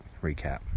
recap